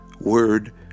word